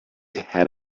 had